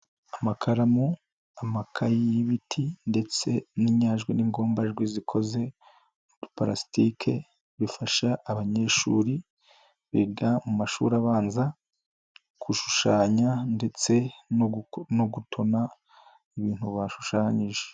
Amakaramu, amakaye y'ibiti, ndetse n'inyajwi n'ingombajwi zikoze nkapalasitike, bifasha abanyeshuri biga mu mashuri abanza, gushushanya ndetse no gutona ibintu bashushanyije.